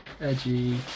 Edgy